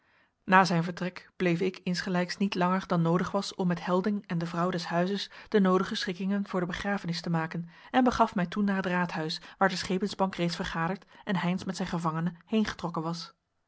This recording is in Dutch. na zijn vertrek bleef ik insgelijks niet langer dan noodig was om met helding en de vrouw des huizes de noodige schikkingen voor de begrafenis te maken en begaf mij toen naar het raadhuis waar de schepensbank reeds vergaderd en heynsz met zijn gevangene heengetrokken was